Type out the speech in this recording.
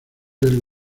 del